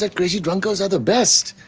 ah crazy drunk girls are the best!